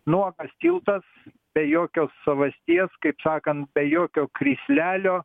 nuogas tiltas be jokios savasties kaip sakant be jokio krislelio